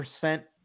percent